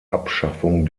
abschaffung